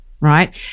right